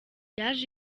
yaje